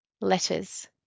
Letters